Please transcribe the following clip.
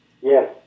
Yes